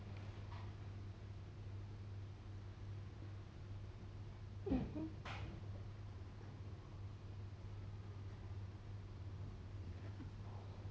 mmhmm